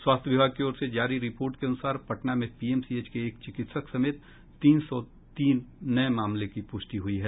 स्वास्थ्य विभाग की ओर से जारी रिपोर्ट के अनुसार पटना में पीएमसीएच के एक चिकित्सक समेत तीन सौ तीन नये मामलों की पुष्टि हुई है